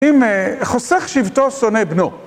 אם חוסך שבטו, שונא בנו.